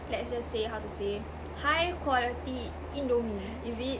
let's just say how to say high quality indomie is it